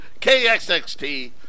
KXXT